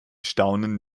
staunen